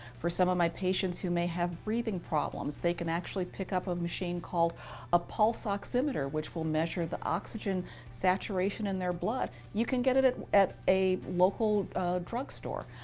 for some of my patients who may have breathing problems, they can actually pick up a machine called a pulse oximeter which will measure the oxygen saturation in their blood. you can get it it at a local drugstore.